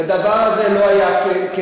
חלק היו משלמים 1.80 וחלק,